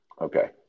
okay